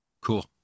Cool